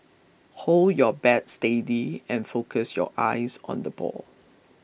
hold your bat steady and focus your eyes on the ball